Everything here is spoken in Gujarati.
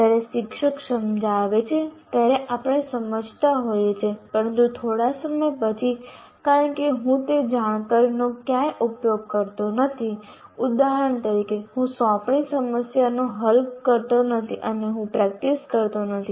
જ્યારે શિક્ષક સમજાવે છે ત્યારે આપણે સમજતા હોઈએ છીએ પરંતુ થોડા સમય પછી કારણ કે હું તે જાણકારીનો નો ક્યાંય ઉપયોગ કરતો નથી ઉદાહરણ તરીકે હું સોંપણી સમસ્યાઓ હલ કરતો નથી અને હું પ્રેક્ટિસ કરતો નથી